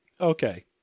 okay